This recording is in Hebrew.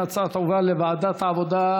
ההצעה להעביר את הנושא לוועדת העבודה,